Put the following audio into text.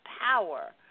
power